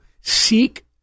seek